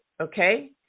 okay